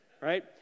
right